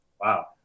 Wow